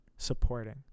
supporting